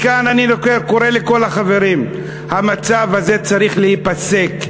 מכאן אני קורא לכל החברים: המצב הזה צריך להיפסק.